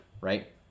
right